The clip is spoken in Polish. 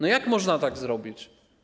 No jak można tak zrobić?